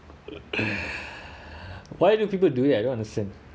why do people do it I don’t understand